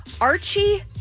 Archie